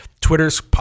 twitter's